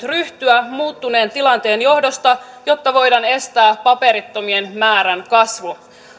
ryhtyä muuttuneen tilanteen johdosta jotta voidaan estää paperittomien määrän kasvu